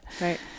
Right